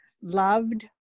loved